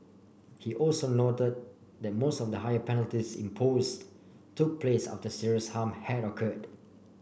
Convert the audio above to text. he also noted that most of the higher penalties imposed took place after serious harm had occurred